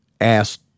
asked